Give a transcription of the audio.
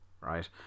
right